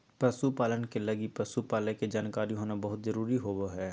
पशु पालन के लगी पशु पालय के जानकारी होना बहुत जरूरी होबा हइ